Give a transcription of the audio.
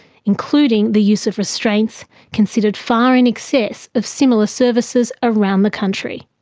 including the use of restraints considered far in excess of similar services around the country.